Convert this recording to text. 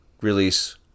release